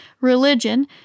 religion